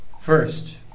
First